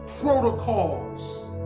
protocols